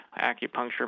acupuncture